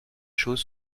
choses